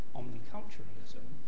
omniculturalism